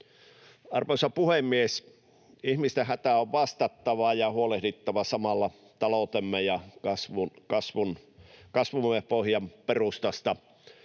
Arvoisa puhemies! Ihmisten hätään on vastattava ja huolehdittava samalla taloutemme ja kasvumme pohjan perustasta.